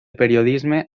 periodisme